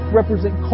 represent